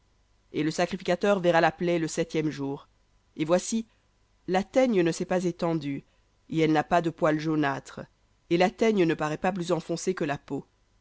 et le sacrificateur verra la plaie le septième jour et voici la teigne ne s'est pas étendue et elle n'a pas de poil jaunâtre et la teigne ne paraît pas plus enfoncée que la peau